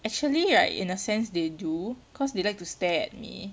actually right in a sense they do cause they like to stare at me